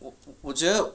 我我我觉得